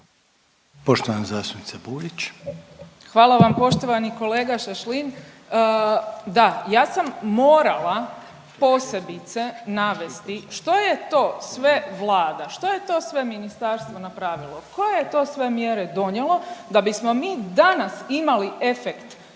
**Burić, Majda (HDZ)** Hvala vam poštovani kolega Šašlin. Da ja sam morala posebice navesti što je to sve Vlada, što je to sve ministarstvo napravilo, koje je to sve mjere donijelo da bismo mi danas imali efekt